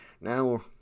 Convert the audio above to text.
now